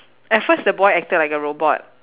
at first the boy acted like a robot